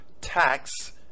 tax